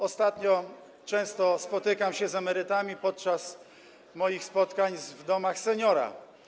Ostatnio często spotykam się z emerytami podczas moich wizyt w domach seniora.